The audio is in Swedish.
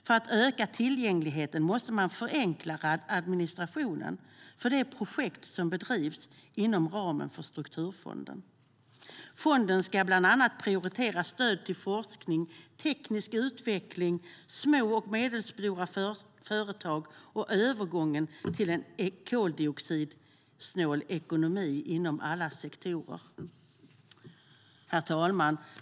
För att öka tillgängligheten måste man förenkla administrationen för de projekt som bedrivs inom ramen för strukturfonden. Herr talman!